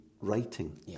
writing